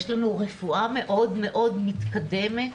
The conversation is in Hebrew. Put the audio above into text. יש לנו רפואה מאוד מאוד מתקדמת.